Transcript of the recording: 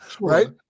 right